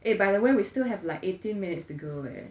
eh by the way we still have like eighteen minutes to go eh